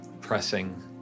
pressing